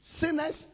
sinners